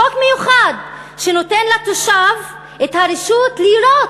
חוק מיוחד, שנותן לתושב רשות לירות,